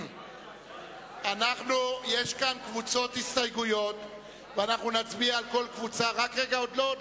לא היתה כרגע הצבעה, זו היתה